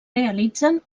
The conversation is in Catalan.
realitzen